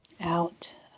Out